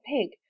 pig